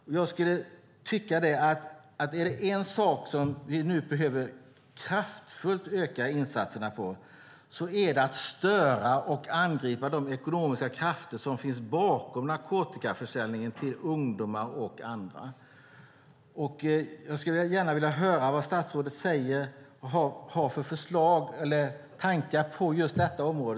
Om det är en sak vi behöver öka insatserna kraftfullt för att göra är det att störa och angripa de ekonomiska krafter som finns bakom narkotikaförsäljningen till ungdomar och andra. Jag skulle gärna vilja höra vad statsrådet säger och har för förslag och tankar på detta område.